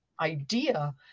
idea